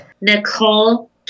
Nicole